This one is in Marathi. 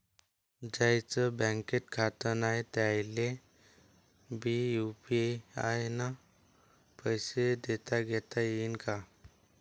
ज्याईचं बँकेत खातं नाय त्याईले बी यू.पी.आय न पैसे देताघेता येईन काय?